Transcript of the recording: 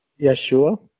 Yeshua